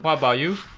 what about you